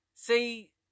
See